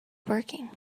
working